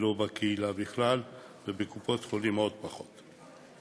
ולא בקהילה בכלל, ובקופות-החולים, עוד פחות.